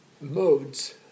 modes